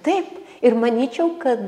taip ir manyčiau kad